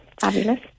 fabulous